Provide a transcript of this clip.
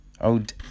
Old